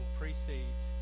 precedes